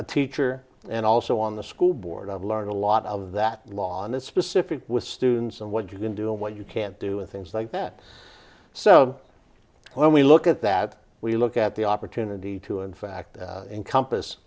a teacher and also on the school board i've learned a lot of that law in this specific with students and what you can do what you can't do and things like that so when we look at that we look at the opportunity to in fact encompass